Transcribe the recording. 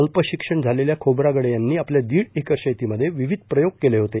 अल्प शिक्षण झालेल्या खोब्रागडे यांनी आपल्या दीड एकर शेतीमध्ये विविध प्रयोग केले होते